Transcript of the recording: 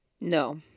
No